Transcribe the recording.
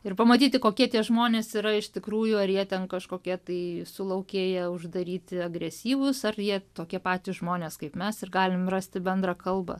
ir pamatyti kokie tie žmonės yra iš tikrųjų ar jie ten kažkokie tai sulaukėję uždaryti agresyvūs ar jie tokie patys žmonės kaip mes ir galim rasti bendrą kalbą